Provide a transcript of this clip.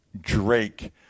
Drake